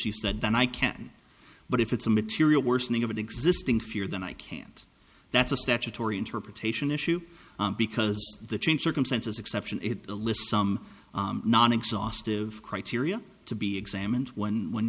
she said then i can but if it's a material worsening of an existing fear then i can't that's a statutory interpretation issue because the change circumstances exception is a list some non exhaustive criteria to be examined when when